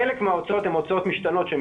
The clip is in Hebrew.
חלק מההוצאות הן הוצאות משתנות שהם